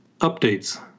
updates